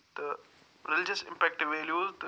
تہٕ religious impact value تہٕ